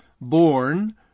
born